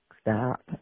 Stop